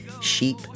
Sheep